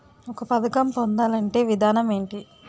ఒక పథకం పొందాలంటే విధానం ఏంటి?